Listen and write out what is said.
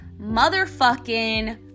motherfucking